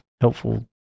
helpful